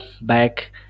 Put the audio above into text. back